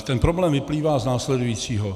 Ten problém vyplývá z následujícího.